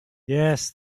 yes